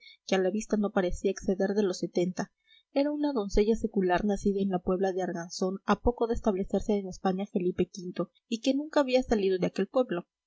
que a la vista no parecía exceder de los setenta era una doncella secular nacida en la puebla de arganzón a poco de establecerse en españa felipe v y que nunca había salido de aquel pueblo